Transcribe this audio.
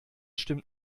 stimmt